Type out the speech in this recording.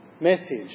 message